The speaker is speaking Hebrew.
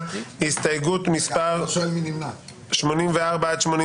איזה שמות גנאי היו לחברי הכנסת שנכנסו בנורבגי,